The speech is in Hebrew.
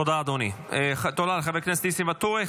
תודה, אדוני, תודה לחבר הכנסת ניסים ואטורי.